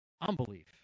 Unbelief